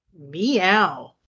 Meow